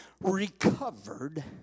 recovered